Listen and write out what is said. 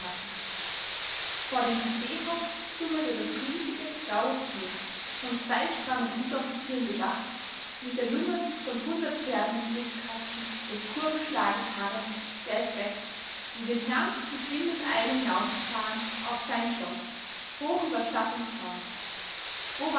vor dem kaffeehaus schlummerte das riesige graue tier von zwei strammen unteroffizieren bewacht mit der lunge von hundert pferden im brustkasten des kurbelschlages harrend der es weckt um den herrn mit windeseile hinauszufahren auf sein schloß hoch über stadt und tal